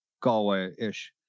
Galway-ish